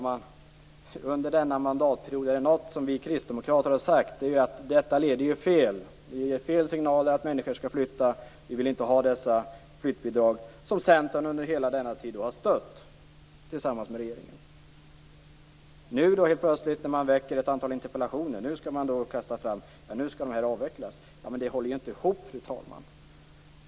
Men om det är någonting som vi kristdemokrater har sagt under denna period är det att detta leder fel, att det ger fel signaler till människor att flytta och att vi inte vill ha dessa bidrag, som Centern under hela denna tid har stött tillsammans med regeringen. När man nu helt plötsligt framställer ett antal interpellationer kastar man fram att de skall avvecklas. Det håller inte ihop, fru talman.